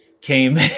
came